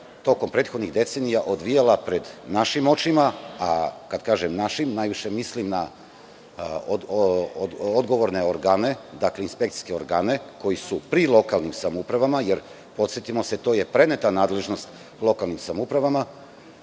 tokom prethodnih decenija odvijala pred našim očima, a kada kažem našim, najviše mislim na odgovorne organe, inspekcijske organe koji su pri lokalnim samoupravama jer, podsetimo se, to je preneta nadležnost lokalnim samoupravama.